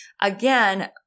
again